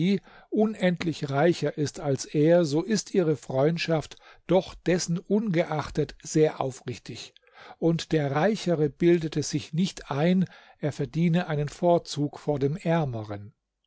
unendlich reicher ist als er so ist ihre freundschaft doch dessenungeachtet sehr aufrichtig und der reichere bildete sich nicht ein er verdiene einen vorzug vor dem ärmeren